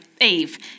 Eve